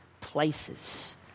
places